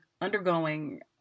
undergoing